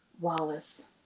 Wallace